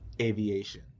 aviation